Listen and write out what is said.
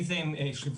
למחלף כי כך קבעה